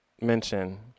mention